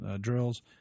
drills